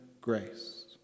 grace